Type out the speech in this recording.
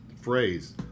phrase